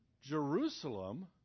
Jerusalem